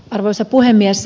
arvoisa puhemies